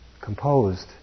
composed